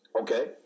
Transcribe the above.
Okay